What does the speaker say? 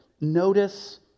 notice